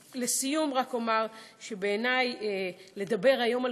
לסיום רק אומר שבעיני אי-אפשר לדבר היום על